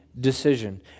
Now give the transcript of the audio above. decision